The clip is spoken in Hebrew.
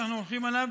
שאנחנו הולכים עליו,